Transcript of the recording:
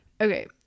Okay